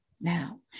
now